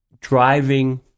driving